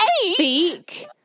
speak